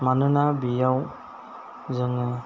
मानोना बेयाव जोङो